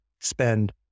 spend